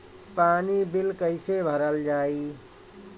पानी बिल कइसे भरल जाई?